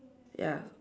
ya